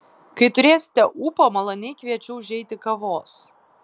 kai turėsite ūpo maloniai kviečiu užeiti kavos